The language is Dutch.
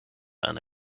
aan